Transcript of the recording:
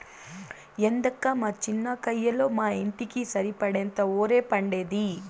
ఏందక్కా మా చిన్న కయ్యలో మా ఇంటికి సరిపడేంత ఒరే పండేది